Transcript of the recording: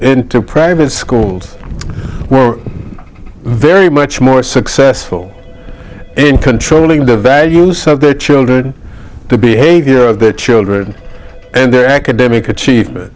into private schools or very much more successful in controlling the value so their children the behavior of their children and their academic achievement